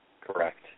Correct